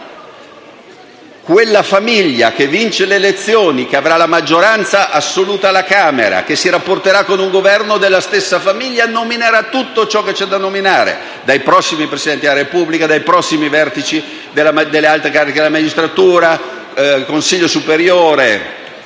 La famiglia che vincerà le elezioni, che avrà la maggioranza assoluta alla Camera, che si rapporterà con un Governo della stessa famiglia, nominerà tutto ciò che c'è da nominare: dai prossimi Presidenti della Repubblica ai prossimi vertici delle alte cariche della magistratura (Consiglio superiore